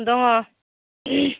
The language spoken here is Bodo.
दङ